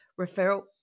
referral